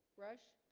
rush